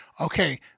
okay